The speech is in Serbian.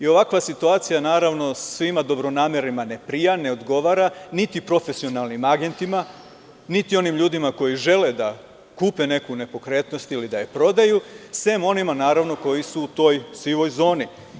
Ovakva situacija, naravno svima dobronamernima ne prija, ne odgovara, niti profesionalnim agentima, niti onim ljudima koji žele da kupe neku nepokretnost ili da je prodaju, sem onima, naravno koji su u toj sivoj zoni.